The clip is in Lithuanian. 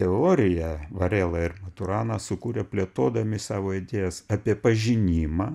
teoriją varela ir maturana sukūrė plėtodami savo idėjas apie pažinimą